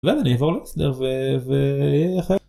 ואז אני אעבור לסדר ו...